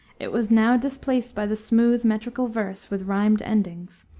it was now displaced by the smooth metrical verse with rhymed endings,